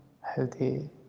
healthy